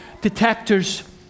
detectors